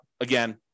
again